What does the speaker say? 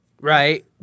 right